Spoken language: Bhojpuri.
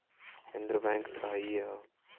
केन्द्र बैंक त हइए हौ